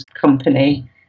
company